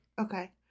Okay